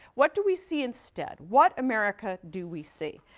what do we see instead? what america do we see?